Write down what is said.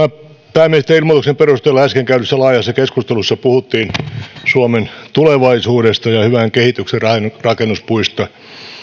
pääministerin ilmoituksen perusteella äsken käydyssä laajassa keskustelussa puhuttiin suomen tulevaisuudesta ja hyvän kehityksen rakennuspuista